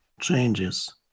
changes